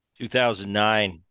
2009